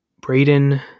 Braden